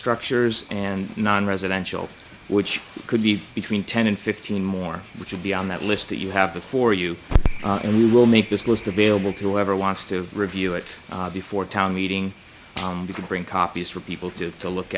structures and nonresidential which could be between ten and fifteen more which would be on that list that you have before you and you will make this list available to ever wants to review it before town meeting you can bring copies for people to to look